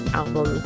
album